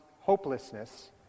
hopelessness